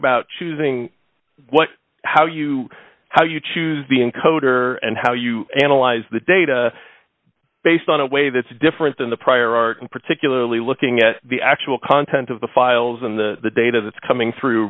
about choosing what how you how you choose the encoder and how you analyze the data based on a way that's different than the prior art and particularly looking at the actual content of the files and the data that's coming through